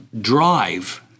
drive